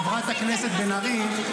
חברת הכנסת בן ארי.